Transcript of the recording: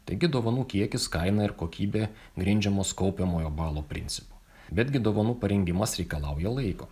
taigi dovanų kiekis kaina ir kokybė grindžiamos kaupiamojo balo principu betgi dovanų parengimas reikalauja laiko